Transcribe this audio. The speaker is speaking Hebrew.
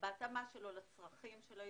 בהתאמה של המפעל לצרכים של הייצור,